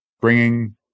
bringing